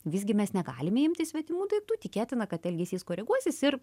visgi mes negalime imti svetimų daiktų tikėtina kad elgesys koreguosis ir